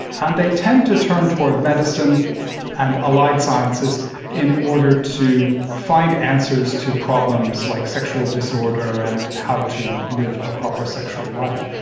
and they tend to turn toward medicine and allied sciences in order to find answers to problems like sexual disorder and how to live a proper sexual life.